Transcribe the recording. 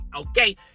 okay